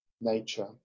nature